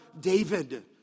David